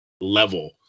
level